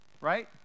right